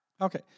Okay